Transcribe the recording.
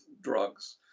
drugs